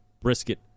brisket